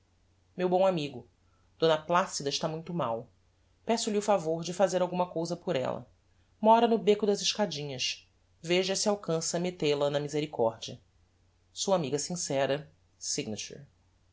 meu bom amigo d placida está muito mal peço-lhe o favor de fazer alguma cousa por ella mora no becco das escadinhas veja se alcança metei a na misericórdia sua amiga sincera